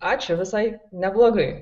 ačiū visai neblogai